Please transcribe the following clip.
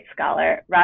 scholar